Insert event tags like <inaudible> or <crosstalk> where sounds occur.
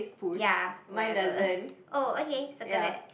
ya whatever <noise> oh okay circle that